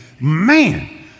Man